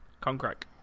Concrete